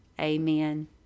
amen